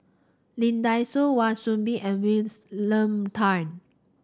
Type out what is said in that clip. Lee Dai Soh Kwa Soon Bee and Tan